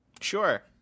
Sure